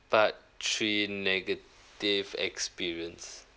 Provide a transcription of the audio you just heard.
part three negative experience